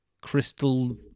crystal